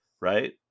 right